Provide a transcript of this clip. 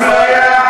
אפליה זו אפליה,